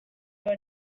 your